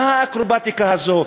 מה האקרובטיקה הזאת?